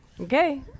Okay